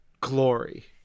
glory